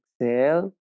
exhale